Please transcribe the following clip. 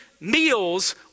meals